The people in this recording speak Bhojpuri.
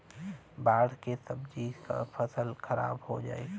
बाढ़ से सब्जी क फसल खराब हो जाई